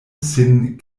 sin